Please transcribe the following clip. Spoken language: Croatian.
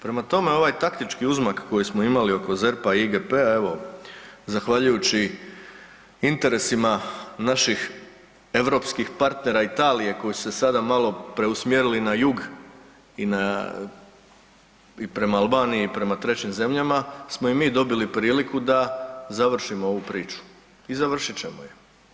Prema tome, ovaj taktički uzmak koji smo imali oko ZERP-a i IGP-a evo zahvaljujući interesima naših europskih partnera Italije koji su se sada malo preusmjerili na jug i prema Albaniji i prema trećim zemljama smo i mi dobili priliku da završimo ovu priču i završit ćemo ju.